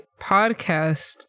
podcast